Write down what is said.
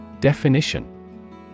Definition